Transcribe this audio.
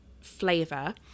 flavor